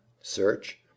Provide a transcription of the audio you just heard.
search